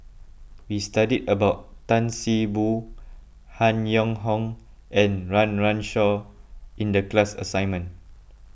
we studied about Tan See Boo Han Yong Hong and Run Run Shaw in the class assignment